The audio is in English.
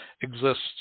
exists